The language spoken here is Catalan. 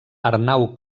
arnau